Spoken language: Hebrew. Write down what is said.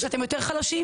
אפשר לעסוק